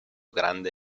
grande